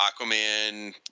Aquaman